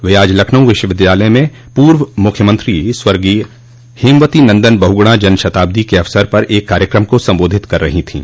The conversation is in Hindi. वे आज लखनऊ विश्वविद्यालय में पूर्व मुख्यमंत्री स्वर्गीय हेमवती नन्दन बहुगुणा जनशताब्दी के अवसर पर एक कार्यक्रम को सम्बोधित कर रहीं थीं